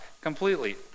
completely